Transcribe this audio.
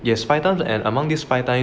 yes five times and among these five times